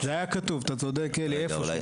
אתה צודק אלי.